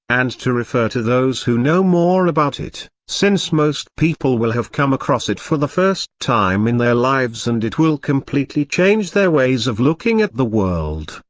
and to refer to those who know more about it, since most people will have come across it for the first time in their lives and it will completely change their ways of looking at the world.